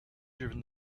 during